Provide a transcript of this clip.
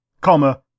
comma